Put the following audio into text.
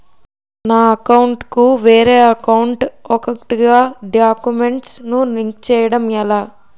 నా అకౌంట్ కు వేరే అకౌంట్ ఒక గడాక్యుమెంట్స్ ను లింక్ చేయడం ఎలా?